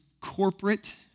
corporate